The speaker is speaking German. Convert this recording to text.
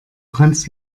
kannst